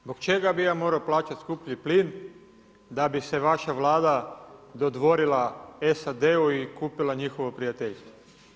Zbog čega bi ja morao plaćati skuplji plin da bi se vaša Vlada dodvorila SAD-u i kupila njihovo prijateljstvo?